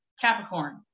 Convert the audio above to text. Capricorn